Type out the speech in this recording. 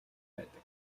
байдаг